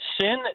sin